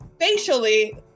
facially